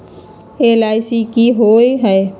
LIC की होअ हई?